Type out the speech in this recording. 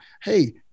hey